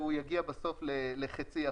והוא יגיע בסוף ל-0.5%.